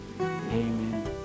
Amen